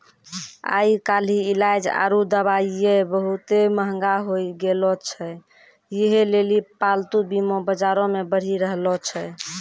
आइ काल्हि इलाज आरु दबाइयै बहुते मंहगा होय गैलो छै यहे लेली पालतू बीमा बजारो मे बढ़ि रहलो छै